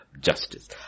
Justice